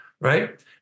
right